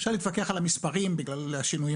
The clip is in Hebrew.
אפשר להתווכח על המספרים בגלל השינויים